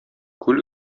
күл